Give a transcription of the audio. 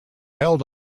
held